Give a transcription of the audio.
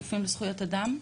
מרופאים לזכויות אדם.